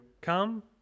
come